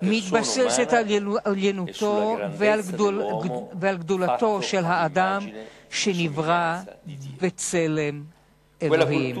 מתבססת על עליונותו ועל גדולתו של האדם שנברא בצלם אלוהים,